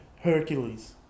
Hercules